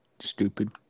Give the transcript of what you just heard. stupid